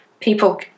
people